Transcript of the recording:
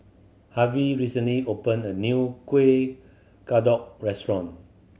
Harve recently opened a new kuih kadok restaurant